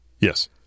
Yes